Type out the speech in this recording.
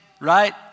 right